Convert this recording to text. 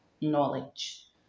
knowledge